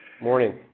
Morning